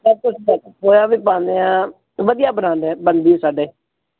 ਸਭ ਕੁਛ ਖੋਇਆ ਵੀ ਪਾਉਂਦੇ ਹਾਂ ਵਧੀਆ ਬਣਾਉਂਦੇ ਬਣਦੀ ਹੈ ਸਾਡੇ